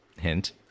Hint